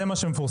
זה מה שמפורסם.